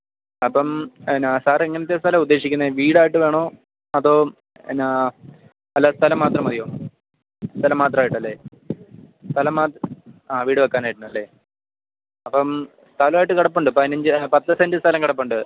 അപ്പം എന്താ സർ എങ്ങനത്തെ സ്ഥലമാണ് ഉദ്ദേശിക്കുന്നത് വീടായിട്ട് വേണോ അതോ എന്നാ അല്ല സ്ഥലം മാത്രം മതിയോ സ്ഥലം മാത്രമായിട്ട് അല്ലേ സ്ഥലം ആ വീട് വയ്ക്കാനായിട്ട് അല്ലേ അപ്പം സ്ഥലമായിട്ട് കിടപ്പുണ്ട് പതിനഞ്ച് പത്ത് സെൻ്റെ് സ്ഥലം കിടപ്പുണ്ട്